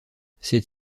cette